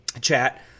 chat